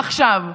עכשיו,